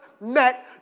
met